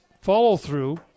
follow-through